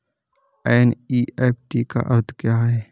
NEFT का अर्थ क्या है?